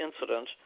incident